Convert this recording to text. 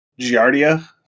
Giardia